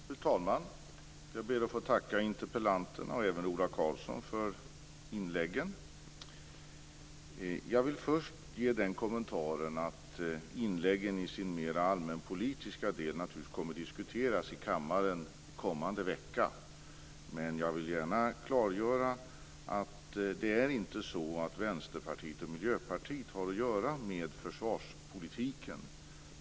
Fru talman! Jag ber att få tacka interpellanterna och även Ola Karlsson för inläggen. Jag vill först ge den kommentaren att inläggens mera allmänpolitiska delar naturligtvis kommer att diskuteras i kammaren kommande vecka. Men jag vill gärna klargöra att det inte är så att Vänsterpartiet och Miljöpartiet har att göra med försvarspolitiken.